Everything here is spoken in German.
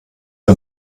der